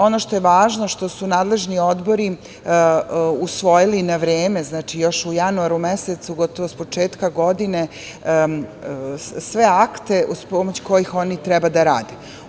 Ono što je važno, a što su nadležni odbori usvojili na vreme, još u januaru mesecu, gotovo s početka godine, sve akte uz pomoć kojih oni treba da rade.